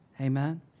Amen